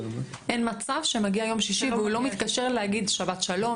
אין מצב שהגיע יום שישי והוא לא מתקשר להגיד שבת שלום,